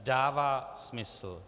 Dává smysl.